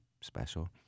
special